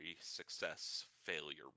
success-failure